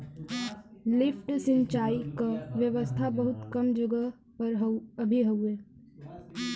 lift सिंचाई क व्यवस्था बहुत कम जगह पर अभी हउवे